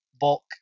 bulk